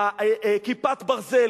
"כיפת ברזל",